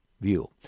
View